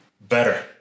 better